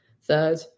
third